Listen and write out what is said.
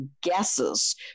guesses